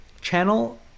channel